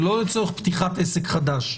זה לא לצורך פתיחת עסק חדש,